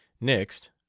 Next